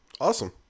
Awesome